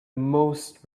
most